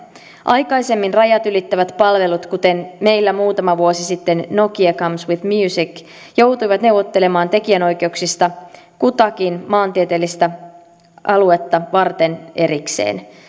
aikaisemmin rajat ylittävät palvelut kuten meillä muutama vuosi sitten nokian comes with music joutuivat neuvottelemaan tekijänoikeuksista kutakin maantieteellistä aluetta varten erikseen